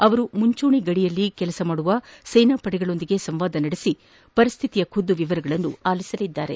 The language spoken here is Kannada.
ಅವರು ಮುಂಚೂಣಿ ಗಡಿಯಲ್ಲಿ ಕಾರ್ಯನಿರ್ವಹಿಸುತ್ತಿರುವ ಸೇನಾಪಡೆಗಳೊಂದಿಗೆ ಸಂವಾದ ನಡೆಸಿ ಪರಿಶ್ಥಿತಿಯ ಖುದ್ದು ವಿವರಗಳನ್ನು ಅಲಿಸಲಿದ್ದಾರೆ